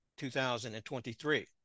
2023